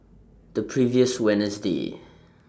The previous Wednesday